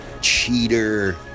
cheater